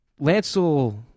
Lancel